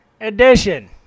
edition